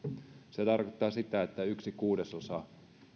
se tarkoittaa sitä että yksi kuudesosa